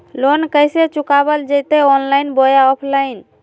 Loan कैसे चुकाबल जयते ऑनलाइन बोया ऑफलाइन?